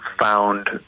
found